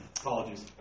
Apologies